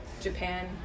Japan